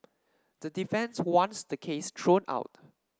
the defence wants the case thrown out